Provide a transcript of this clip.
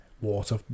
water